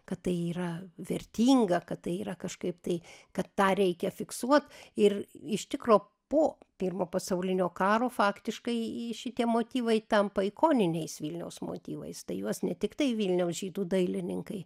kad tai yra vertinga kad tai yra kažkaip tai kad tą reikia fiksuot ir iš tikro po pirmo pasaulinio karo faktiškai šitie motyvai tampa ikoniniais vilniaus motyvais tai juos ne tiktai vilniaus žydų dailininkai